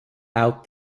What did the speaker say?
out